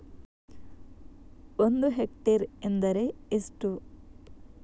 ಒಂದು ಹೆಕ್ಟೇರ್ ಎಂದರೆ ಎಷ್ಟು?